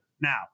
Now